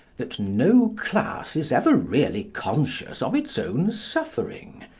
that no class is ever really conscious of its own suffering.